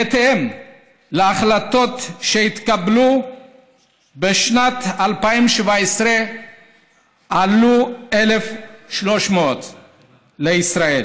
בהתאם להחלטות שהתקבלו בשנת 2017 עלו 1,300 לישראל